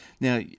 Now